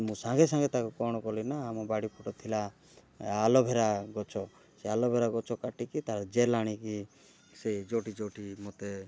ମୁଁ ସାଙ୍ଗେ ସାଙ୍ଗେ ତାକୁ କ'ଣ କଲି ନା ଆମ ବାଡ଼ି ପଟେ ଥିଲା ଆଲୋଭେରା ଗଛ ସେ ଆଲୋଭେରା ଗଛ କାଟିକି ତା ଜେଲ୍ ଆଣିକି ସେ ଯେଉଁଠି ଯେଉଁଠି ମୋତେ